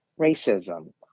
racism